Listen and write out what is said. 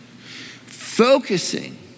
Focusing